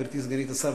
גברתי סגנית השר,